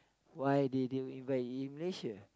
why did you invest in Malaysia